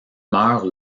meurt